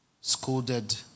scolded